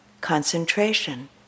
Concentration